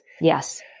Yes